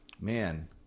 man